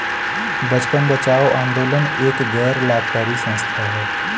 बचपन बचाओ आंदोलन एक गैर लाभकारी संस्था है